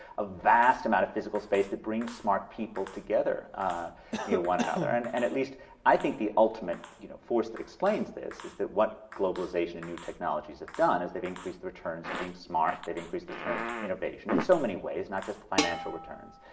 a vast amount of physical space that brings smart people together near one another. and and at least i think the ultimate you know force that explains this is that what globalization and new technologies have done is they've increased the returns to being smart, they've increased the returns to innovation in so many ways, not just financial returns.